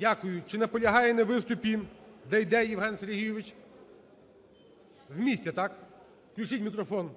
Дякую. Чи наполягає на виступі Дейдей Євген Сергійович? З місця, так? Включіть мікрофон.